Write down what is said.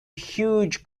huge